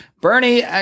Bernie